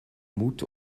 mut